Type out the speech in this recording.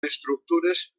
estructures